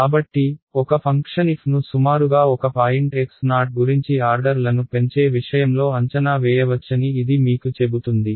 కాబట్టి ఒక function f ను సుమారుగా ఒక పాయింట్ xo గురించి ఆర్డర్లను పెంచే విషయంలో అంచనా వేయవచ్చని ఇది మీకు చెబుతుంది